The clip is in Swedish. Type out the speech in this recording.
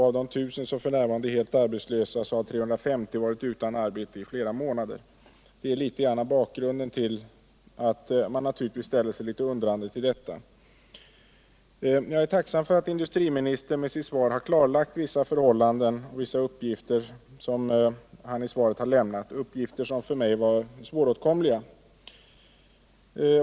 Av de 1 000 som f. n. är helt arbetslösa har 350 varit utan jobb flera månader. Detta är litet grand av bakgrunden till att man ställer sig litet undrande. Jag är tacksam för att industriministern med sitt svar klarlagt vissa förhållanden genom de uppgifter som han har lämnat i svaret — uppgifter som för mig var svåråtkomliga.